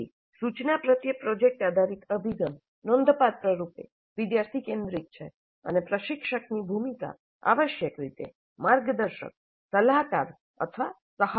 તેથી સૂચના પ્રત્યે પ્રોજેક્ટ આધારિત અભિગમ નોંધપાત્રરૂપે વિદ્યાર્થી કેન્દ્રિત છે અને પ્રશિક્ષકની ભૂમિકા આવશ્યક રીતે માર્ગદર્શક સલાહકાર અથવા સહાયક જેવી છે